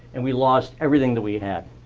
and we lost everything that we had.